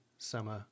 summer